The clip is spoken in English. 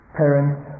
parents